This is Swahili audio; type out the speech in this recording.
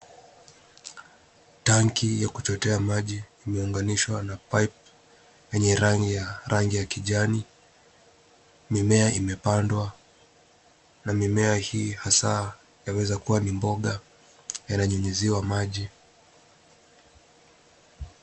Tanki ya kuchotea maji imeunganishwa na pipe yenye rangi ya kijani. Mimea imepandwa na mimea hii hasa yaweza kuwa ni mboga na inanyunyuziwa maji,